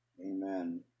Amen